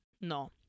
no